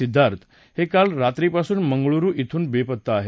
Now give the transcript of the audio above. सिद्धार्थ हे काल रात्रीपासून मंगळुरु बून बेपत्ता आहेत